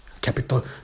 capital